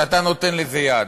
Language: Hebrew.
שאתה נותן לזה יד,